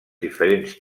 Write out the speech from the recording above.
diferents